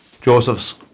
Joseph's